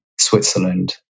Switzerland